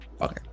okay